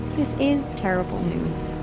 this is terrible news,